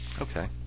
Okay